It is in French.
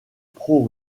pro